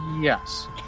Yes